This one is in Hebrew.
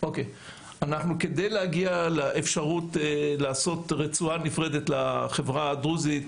כדי להגיע לאפשרות לעשות רצועה נפרדת לחברה הדרוזית,